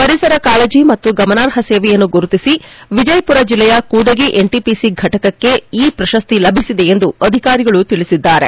ಪರಿಸರ ಕಾಳಜಿ ಮತ್ತು ಗಮನಾರ್ಹ ಸೇವೆಯನ್ನು ಗುರುತಿಸಿ ವಿಜಯಪುರ ಜಿಲ್ಲೆಯ ಕೂಡಗಿ ಎನ್ಟಿಪಿಸಿ ಫಟಕಕ್ಕೆ ಈ ಪ್ರಶಸ್ತಿ ಲಭಿಸಿದೆ ಎಂದು ಅಧಿಕಾರಿಗಳು ತಿಳಿಸಿದ್ದಾರೆ